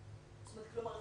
כלומר,